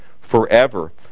forever